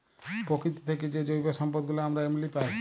পকিতি থ্যাইকে যে জৈব সম্পদ গুলা আমরা এমলি পায়